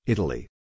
Italy